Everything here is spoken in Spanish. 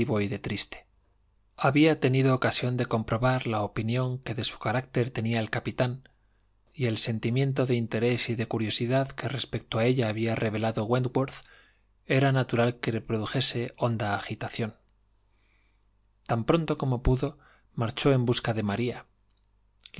y de triste había tenido ocasión de comprobar la opinión que de su carácter tenía el capitán y el sentimiento de interés y de curiosidad que respecto de ella había revelado wentworth era natural que le produjese honda agitación tan pronto como pudo marchó en busca de maría